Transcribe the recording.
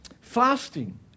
Fasting